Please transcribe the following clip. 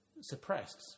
suppressed